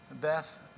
Beth